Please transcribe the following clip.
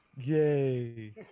Yay